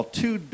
two